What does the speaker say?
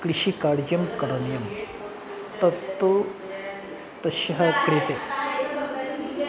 कृषिकार्यं करणीयं तत्तु तस्य कृते